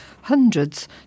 Hundreds